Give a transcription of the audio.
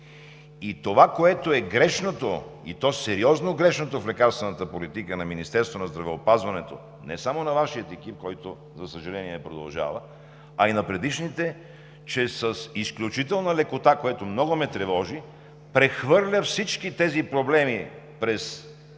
И това, което е грешното и то сериозно грешното в лекарствената политика на Министерството на здравеопазването – не само на Вашия екип, който, за съжаление, продължава, а и на предишните, е, че с изключителна лекота, което много ме тревожи, прехвърля всички тези проблеми през митичната